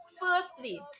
firstly